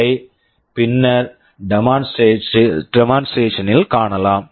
இதை நாம் பின்னர் டெமான்ஸ்ட்ரேஷன் demonstration ல் காணலாம்